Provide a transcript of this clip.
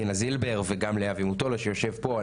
דינה זילבר וגם לאבי מוטולה שיושבים פה,